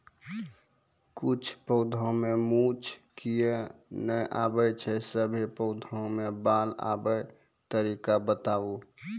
किछ पौधा मे मूँछ किये नै आबै छै, सभे पौधा मे बाल आबे तरीका बताऊ?